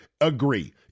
agree